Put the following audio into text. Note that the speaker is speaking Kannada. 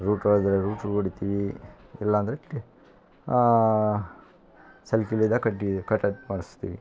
ರೂಟ್ರ್ ಆದರೆ ರೂಟ್ರ್ ಹೊಡಿತೀವಿ ಇಲ್ಲ ಅಂದರೆ ತೆ ಸಲಿಕೇಲ್ ಇದ್ದಾಗ ಕಡ್ಡಿ ಕಟಾಕ್ ಮಾಡಿಸ್ತಿವಿ